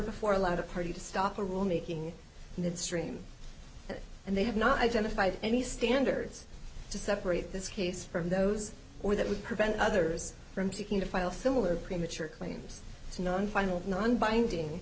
before allowed a party to stop a rule making midstream and they have not identified any standards to separate this case from those or that would prevent others from seeking to file similar premature claims to none final non binding